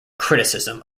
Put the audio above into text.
criticism